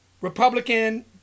Republican